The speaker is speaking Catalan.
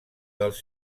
dels